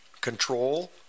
control